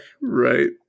Right